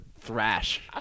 thrash